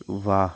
वाह